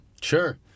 sure